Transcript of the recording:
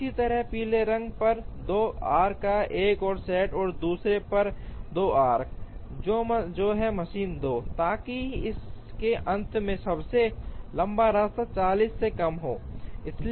इसी तरह पीले रंग पर 2 आर्क्स का एक और सेट और दूसरे पर 2 आर्क्स जो है मशीन 2 ताकि इसके अंत में सबसे लंबा रास्ता 40 से कम हो